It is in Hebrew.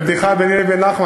הבנייה המסיבית,